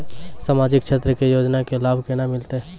समाजिक क्षेत्र के योजना के लाभ केना मिलतै?